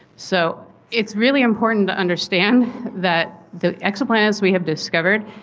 so it's really important to understand that the exoplanets we have discovered,